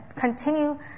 continue